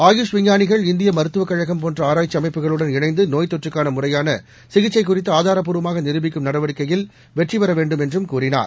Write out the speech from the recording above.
ஆயுஷ் விஞ்ஞானிகள் இந்தியமருத்துவக் கழகம் போன்றஆராய்ச்சிஅமைப்புகளுடன் இணந்தநோய் தொற்றுக்கானமுறையானசிகிச்சைகுறித்துஆதாரப்பூர்வமாகநிருபிக்கும் நடவடிக்கையில் வெற்றிபெறவேண்டும் என்றும் கூறினார்